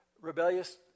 rebellious